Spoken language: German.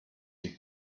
die